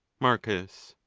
marcus.